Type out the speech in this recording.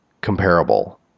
comparable